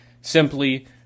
simply